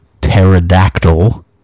pterodactyl